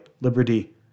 liberty